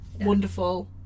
wonderful